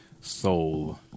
Soul